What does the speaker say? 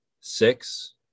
six